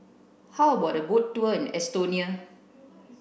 how about a boat tour in Estonia